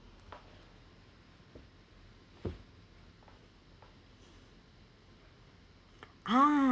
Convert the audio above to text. ah